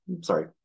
sorry